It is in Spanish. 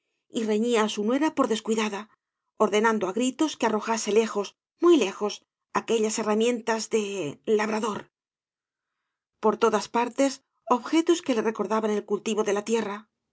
y reñía á bu nuera por descuidada ordenando á gritos que arrojase lejos muy lejos aquellas herramientas de labrador por todas partes objetos que le recordaban el cultivo de la tierra